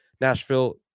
Nashville